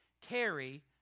carry